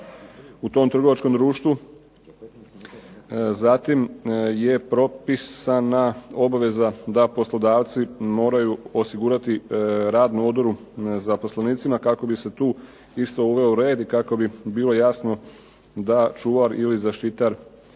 u tom trgovačkom društvu. Zatim je propisana obaveza da poslodavci moraju osigurati radnu odoru zaposlenicima kako bi se tu isto uveo red i kako bi bilo jasno da čuvar ili zaštitar